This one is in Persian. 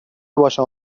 باشم